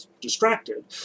distracted